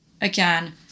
again